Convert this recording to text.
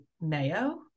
mayo